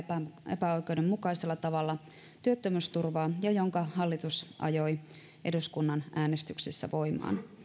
epäoikeudenmukaisella tavalla työttömyysturvaa ja jonka hallitus ajoi eduskunnan äänestyksessä voimaan